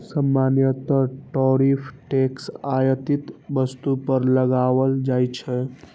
सामान्यतः tariff tax आयातित वस्तु पर लगाओल जाइ छै